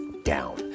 down